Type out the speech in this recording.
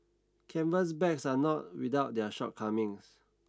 canvas bags are not without their shortcomings